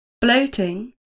bloating